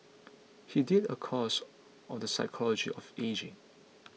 he did a course on the psychology of ageing